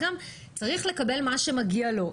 האזרח צריך לקבל את מה שמגיע לו.